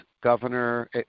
governor